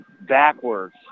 backwards